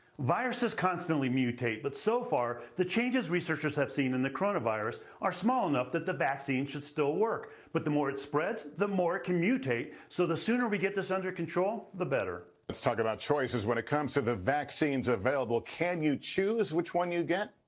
viruses constantly mutate but so far the changes researchers have seen in the coronavirus are small enough that the vaccine should still work but the more it spreads the more it can mutate. so the sooner we get this under control the better. talk about choices. when it comes to the vaccines available, can you choose which one you get?